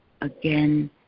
again